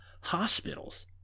hospitals